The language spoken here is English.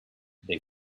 they